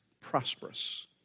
prosperous